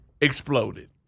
exploded